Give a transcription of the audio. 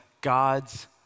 God's